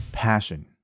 passion